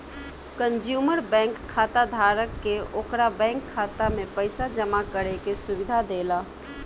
consumer bank खाताधारक के ओकरा बैंक खाता में पइसा जामा करे के सुविधा देला